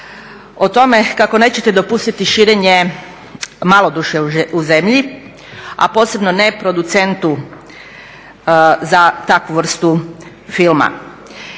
o tome kako nećete dopustiti širenje malodušja u zemlji, a posebno ne producentu za takvu vrstu filma.